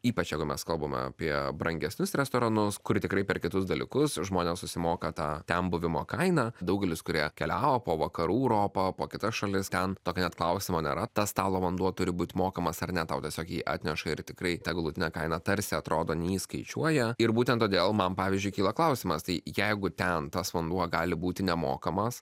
ypač jeigu mes kalbame apie brangesnius restoranus kur tikrai per kitus dalykus žmonės susimoka tą ten buvimo kainą daugelis kurie keliavo po vakarų europą po kitas šalis ten tokio net klausimo nėra tas stalo vanduo turi būt mokamas ar ne tau tiesiogi jį atneša ir tikrai tą galutinę kainą tarsi atrodo neįskaičiuoja ir būtent todėl man pavyzdžiui kyla klausimas tai jeigu ten tas vanduo gali būti nemokamas